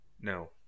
no